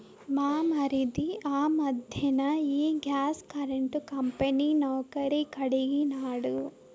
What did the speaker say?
మా మరిది ఆ మధ్దెన ఈ గ్యాస్ కరెంటు కంపెనీ నౌకరీ కడిగినాడు